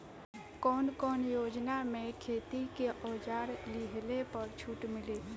कवन कवन योजना मै खेती के औजार लिहले पर छुट मिली?